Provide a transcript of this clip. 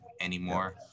anymore